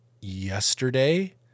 yesterday